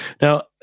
Now